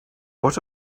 what